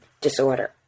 disorder